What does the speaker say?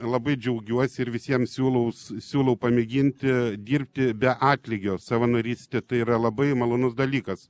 labai džiaugiuosi ir visiems siūlaus siūlau pamėginti dirbti be atlygio savanorystė tai yra labai malonus dalykas